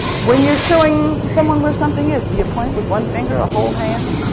when you're showing someone where something is, do you point with one finger or a whole hand?